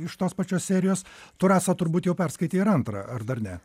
iš tos pačios serijos tu rasa turbūt jau perskaitei ir antrą ar dar ne